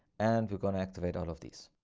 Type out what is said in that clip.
and we're going to activate all of these.